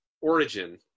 origin